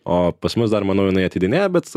o pas mus dar manau jinai ateidinėja bet